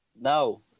No